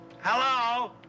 Hello